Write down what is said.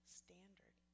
standard